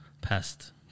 past